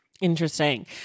Interesting